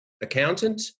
accountant